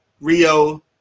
Rio